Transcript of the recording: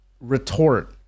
retort